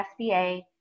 SBA